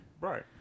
Right